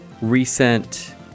recent